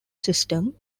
system